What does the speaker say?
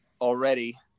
already